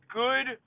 good